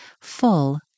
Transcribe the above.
full